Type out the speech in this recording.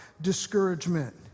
discouragement